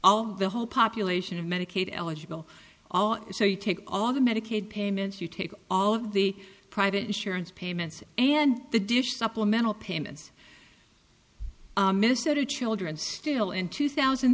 of the whole population of medicaid eligible so you take all the medicaid payments you take all of the private insurance payments and the dish supplemental payments minnesota children still in two thousand